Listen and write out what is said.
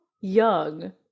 young